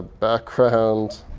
background,